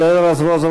יואל רזבוזוב,